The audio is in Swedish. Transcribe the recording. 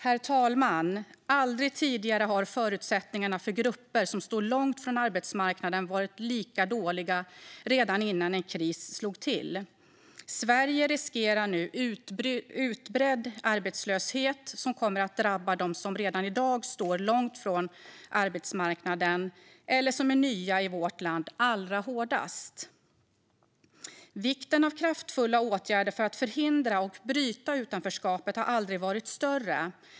Herr talman! Aldrig tidigare har förutsättningarna för grupper som står långt från arbetsmarknaden varit lika dåliga redan innan en kris slog till. Sverige riskerar nu en utbredd arbetslöshet som kommer att drabba dem som redan i dag står långt från arbetsmarknaden eller som är nya i vårt land allra hårdast. Vikten av kraftfulla åtgärder för att förhindra och bryta utanförskapet har aldrig varit större.